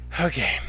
Okay